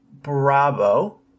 Bravo